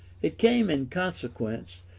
it became, in consequence,